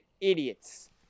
idiots